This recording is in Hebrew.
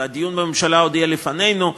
והדיון בממשלה עוד לפנינו,